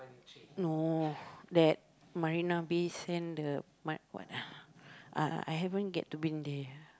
no that Marina-Bay-Sands the what ah I haven't get to been there